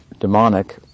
demonic